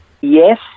Yes